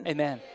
Amen